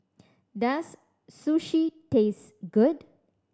does Sushi taste good